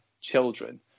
children